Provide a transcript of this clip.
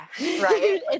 Right